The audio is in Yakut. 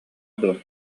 дуо